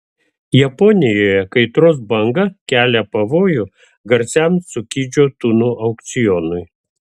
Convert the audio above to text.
japonijoje kaitros banga kelia pavojų garsiam cukidžio tunų aukcionui